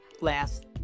last